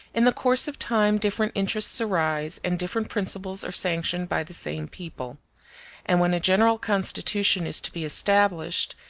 in the course of time different interests arise, and different principles are sanctioned by the same people and when a general constitution is to be established,